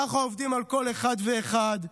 ככה עובדים על כל אחד ואחד.